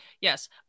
yes